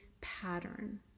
pattern